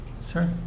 Sir